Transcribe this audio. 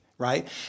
right